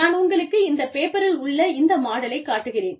நான் உங்களுக்கு இந்த பேப்பரில் உள்ள இந்த மாடலை காட்டுகிறேன்